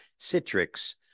Citrix